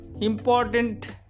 important